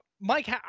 Mike